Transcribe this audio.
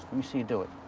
let me see you do it.